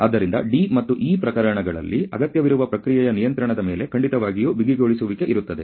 ಆದ್ದರಿಂದ D ಮತ್ತು E ಪ್ರಕರಣಗಳಲ್ಲಿ ಅಗತ್ಯವಿರುವ ಪ್ರಕ್ರಿಯೆಯ ನಿಯಂತ್ರಣದ ಮೇಲೆ ಖಂಡಿತವಾಗಿಯೂ ಬಿಗಿಗೊಳಿಸುವಿಕೆ ಇರುತ್ತದೆ